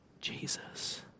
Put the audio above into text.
Jesus